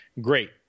great